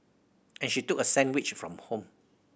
and she took a sandwich from home